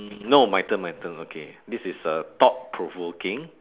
mm no my turn my turn okay this is uh thought provoking